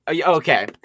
Okay